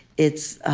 it's ah